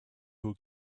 who